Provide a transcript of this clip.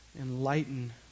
Enlighten